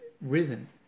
risen